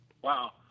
Wow